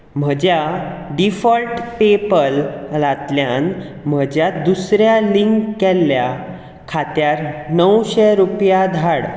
म्हज्या डिफॉल्ट पेपॅलतलातल्यान म्हज्या दुसऱ्या लिंक केल्ल्या खात्यांत णवशे रुपया धाड